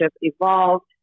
evolved